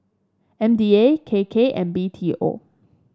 M D A K K and B T O